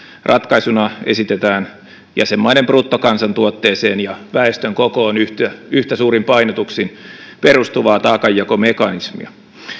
ratkaisuna esitetään jäsenmaiden bruttokansantuotteeseen ja väestön kokoon nähden yhtä suuriin painotuksiin perustuvaa taakanjakomekanismia